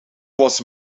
was